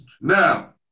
Now